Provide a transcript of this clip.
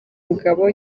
mugabo